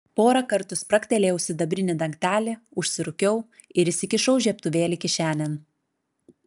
porą kartų spragtelėjau sidabrinį dangtelį užsirūkiau ir įsikišau žiebtuvėlį kišenėn